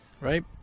Right